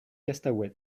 costaouët